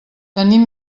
tenim